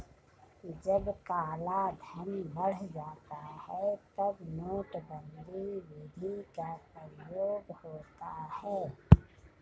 जब कालाधन बढ़ जाता है तब नोटबंदी विधि का प्रयोग होता है